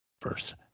first